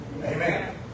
Amen